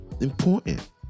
Important